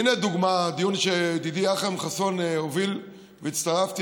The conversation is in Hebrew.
הינה לדוגמה דיון שידידי אכרם חסון הוביל והצטרפתי,